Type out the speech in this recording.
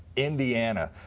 indiana,